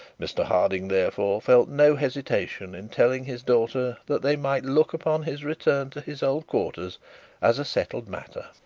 mr harding, therefore, felt no hesitation in telling his daughter that they might look upon his return to his old quarters as a settled matter.